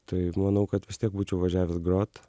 tai manau kad vis tiek būčiau važiavęs grot